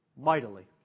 mightily